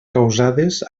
causades